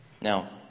Now